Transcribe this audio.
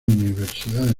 universidades